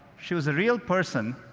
she was a real person.